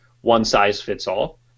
one-size-fits-all